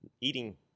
eating